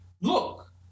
Look